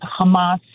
Hamas